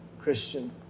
Christian